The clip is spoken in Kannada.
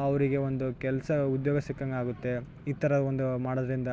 ಅವರಿಗೆ ಒಂದು ಕೆಲಸ ಉದ್ಯೋಗ ಸಿಕ್ಕಂಗೆ ಆಗುತ್ತೆ ಈ ಥರ ಒಂದು ಮಾಡೋದ್ರಿಂದ